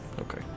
okay